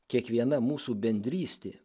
kiekviena mūsų bendrystė